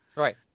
Right